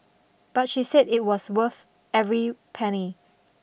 but she said it was worth every penny